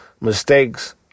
mistakes